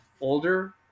older